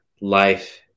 life